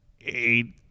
eight